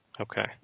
Okay